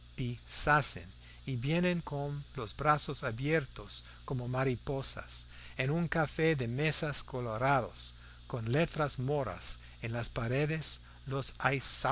y vienen con los brazos abiertos como mariposas en un café de mesas coloradas con letras moras en las paredes los